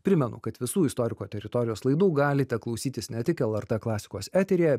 primenu kad visų istoriko teritorijos laidų galite klausytis ne tik lrt klasikos eteryje